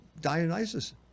Dionysus